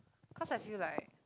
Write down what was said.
cause I feel like